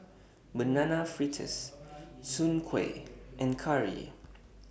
Banana Fritters Soon Kueh and Curry